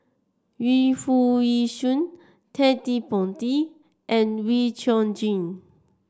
Yu Foo Yee Shoon Ted De Ponti and Wee Chong Jin